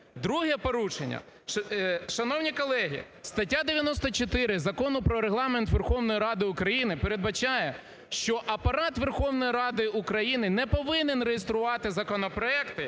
Друге порушення. Шановні колеги, стаття 94 Закону "Про Регламент Верховної Ради України" передбачає, що Апарат Верховної Ради України не повинен реєструвати законопроекти,